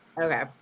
Okay